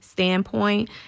standpoint